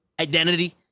identity